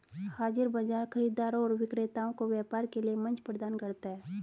हाज़िर बाजार खरीदारों और विक्रेताओं को व्यापार के लिए मंच प्रदान करता है